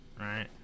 right